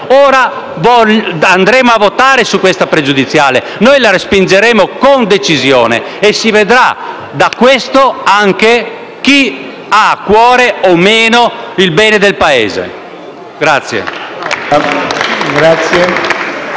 Ora andremo a votare su questa pregiudiziale e noi la respingeremo con decisione e si vedrà, da questo, anche chi ha cuore o meno il bene del Paese.